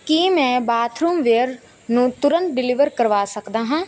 ਕੀ ਮੈਂ bathroom ware ਨੂੰ ਤੁਰੰਤ ਡਲੀਵਰ ਕਰਵਾ ਸਕਦਾ ਹਾਂ